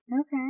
Okay